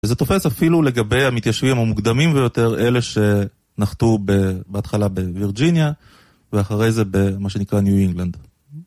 וזה תופס אפילו לגבי המתיישבים המוקדמים ביותר, אלה שנחתו בהתחלה בווירג'יניה ואחרי זה במה שנקרא ניו אינגלנד.